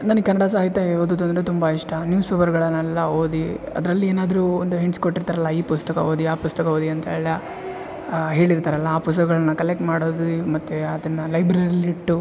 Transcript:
ನನಗ್ ಕನ್ನಡ ಸಾಹಿತ್ಯ ಓದೋದಂದ್ರೆ ತುಂಬ ಇಷ್ಟ ನ್ಯೂಸ್ ಪೇಪರ್ಗಳನ್ನೆಲ್ಲ ಓದಿ ಅದರಲ್ಲಿ ಏನಾದರು ಒಂದು ಹಿಂಟ್ಸ್ ಕೊಟ್ಟಿರ್ತಾರಲ್ಲ ಈ ಪುಸ್ತಕ ಓದಿ ಆ ಪುಸ್ತಕ ಓದಿ ಅಂತ ಹೇಳಿ ಹೇಳಿರ್ತಾರಲ್ಲ ಆ ಪುಸ್ತಕಗಳನ್ನು ಕಲೆಕ್ಟ್ ಮಾಡೋದು ಮತ್ತು ಅದನ್ನು ಲೈಬ್ರೆಲಿ ಇಟ್ಟು